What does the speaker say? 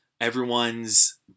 Everyone's